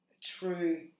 true